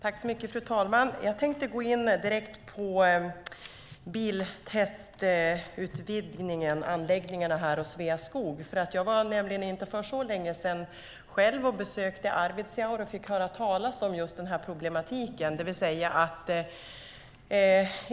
Fru talman! Jag tänkte gå in på biltestanläggningarna och Sveaskog. Jag besökte nämligen för inte så länge sedan Arvidsjaur och fick höra talas om den här problematiken.